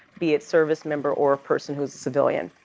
be it service member or a person who is a civilian.